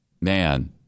Man